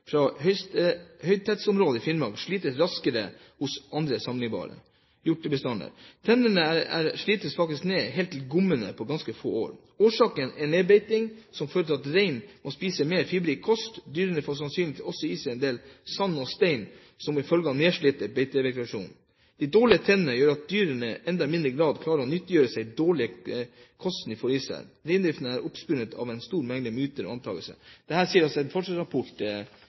fra høytetthetsområder i Finnmark slites raskere enn hos alle andre sammenlignbare hjortedyrbestander. Tennene slites faktisk ned til gommene på ganske få år. – Årsaken er nedbeitingen, som fører til at reinen må spise mer fiberrik kost. Dyrene får sannsynligvis også i seg en del sand og stein som følge av nedslitt beitevegetasjon. – De dårlige tennene gjør at dyrene i enda mindre grad klarer å nyttegjøre seg den dårlige kosten de får i seg.» Og: «Reindrift er omspunnet av en stor mengde myter og antakelser.» Dette sies altså i en